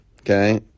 Okay